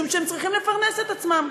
משום שהם צריכים לפרנס את עצמם.